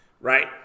right